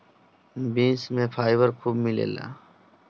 beans में fibre खूब मिलेला